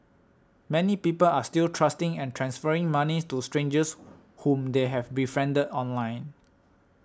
many people are still trusting and transferring moneys to strangers whom they have befriended online